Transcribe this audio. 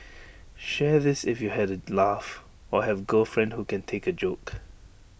share this if you had A laugh or have girlfriend who can take A joke